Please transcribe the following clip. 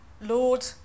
Lord